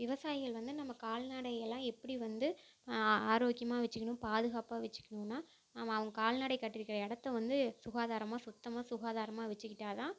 விவசாயிகள் வந்து நம்ம கால்நடை எல்லாம் எப்படி வந்து ஆரோக்கியமாக வெச்சுக்கணும் பாதுகாப்பாக வெச்சுக்கணுன்னா நம்ம அவங்க கால்நடை கட்டியிருக்க இடத்த வந்து சுகாதாரமாக சுத்தமாக சுகாதாரமாக வெச்சிக்கிட்டால் தான்